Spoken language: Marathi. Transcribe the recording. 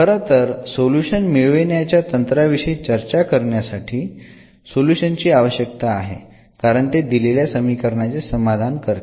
खरं तर सोल्युशन मिळविण्याच्या तंत्राविषयी चर्चा करण्यासाठी सोल्युशन ची आवश्यकता आहे कारण ते दिलेल्या समीकरणाचे समाधान करते